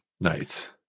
nice